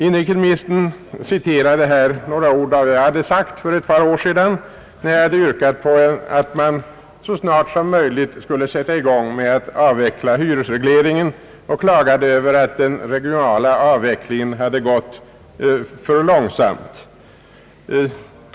Inrikesministern citerade några ord av vad jag hade sagt för några år sedan, då jag yrkade att man så snart som möjligt skulle sätta i gång med att avveckla hyresregleringen och då jag klagade över att den regionala avvecklingen hade gått för långsamt.